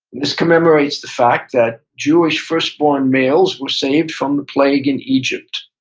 this commemorates the fact that jewish firstborn males were saved from the plague in egypt.